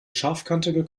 scharfkantige